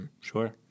Sure